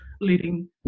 leading